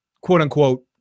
quote-unquote